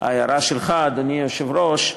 ההערה שלך, אדוני היושב-ראש.